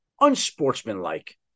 unsportsmanlike